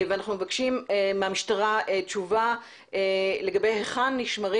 אנחנו מבקשים מהמשטרה תשובה לגבי היכן נשמרים